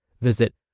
Visit